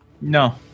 No